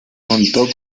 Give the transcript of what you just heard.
contó